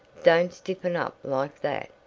don't stiffen up like that.